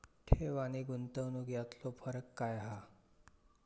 ठेव आनी गुंतवणूक यातलो फरक काय हा?